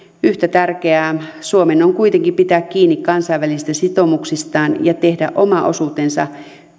yhtä tärkeää suomen on kuitenkin pitää kiinni kansainvälisistä sitoumuksistaan ja tehdä oma osuutensa